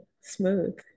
smooth